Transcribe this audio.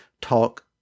talk